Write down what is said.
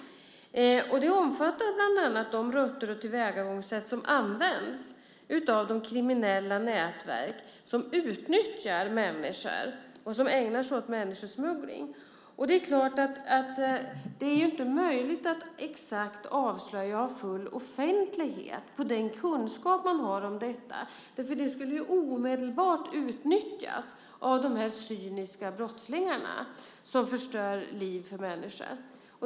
Det omfattar bland annat de rutter och tillvägagångssätt som används av de kriminella nätverk som utnyttjar människor och som ägnar sig åt människosmuggling. Det är inte möjligt att exakt avslöja och ha full offentlighet när det gäller den kunskap man har om detta, för det skulle omedelbart utnyttjas av de cyniska brottslingar som förstör livet för människor.